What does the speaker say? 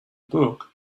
book